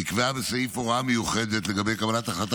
נקבעה בסעיף הוראה מיוחדת לגבי קבלת החלטת